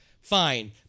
fine